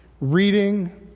reading